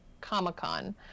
comic-con